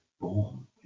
born